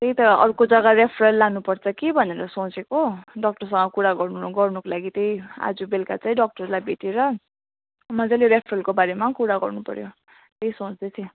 त्यही त अर्को जग्गा रेफर लानुपर्छ कि भनेर सोचेको डक्टरसँग कुरा गर्नु गर्नुको लागि त्यही आज बेलुका चाहिँ डक्टरलाई भेटेर मजाले रेफरको बारेमा कुरा गर्नुपऱ्यो त्यही सोच्दै थिएँ